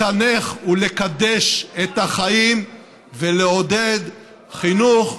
לחנך ולקדש את החיים ולעודד חינוך,